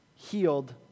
healed